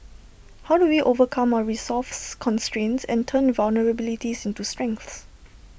how do we overcome our resource constraints and turn vulnerabilities into strengths